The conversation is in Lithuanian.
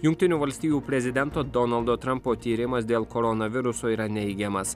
jungtinių valstijų prezidento donaldo trampo tyrimas dėl koronaviruso yra neigiamas